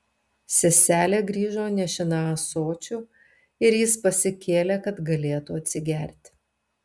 seselė grįžo nešina ąsočiu ir jis pasikėlė kad galėtų atsigerti